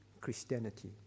Christianity